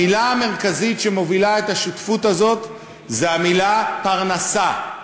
המילה המרכזית שמובילה את השותפות הזאת זו המילה פרנסה,